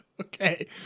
Okay